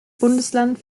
bundesland